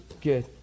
Good